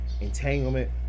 entanglement